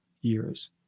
years